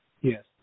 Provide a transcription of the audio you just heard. Yes